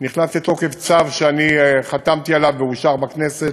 נכנס לתוקף צו שחתמתי עליו ואושר בכנסת,